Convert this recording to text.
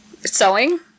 Sewing